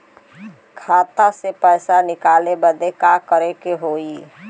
खाता से पैसा निकाले बदे का करे के होई?